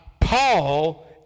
Paul